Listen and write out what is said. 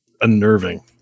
unnerving